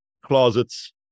closets